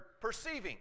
perceiving